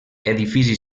edifici